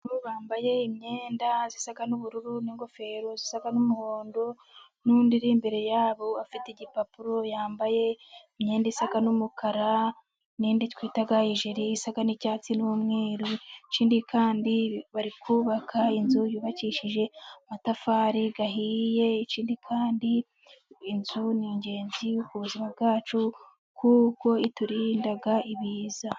..bambaye imyenda isa nu'bururu n'ingofero isa n'umuhondo. N'undi imbere yabo afite igipapuro yambaye imyenda isa n'umukara n'indi twita ijire isa n'icyatsi n'umweru. Ikindi kandi barikubaka inzu yubakishije amatafari ahiye . Ikindi kandi inzu ni ingenzi ku buzima bwacu kuko ituririnda ibiza.